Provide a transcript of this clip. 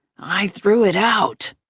i threw it out.